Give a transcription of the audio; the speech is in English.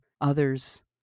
others